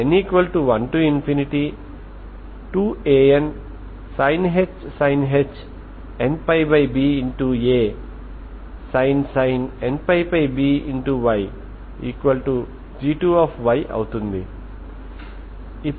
sin nπby g2 అవుతుంది